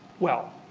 well,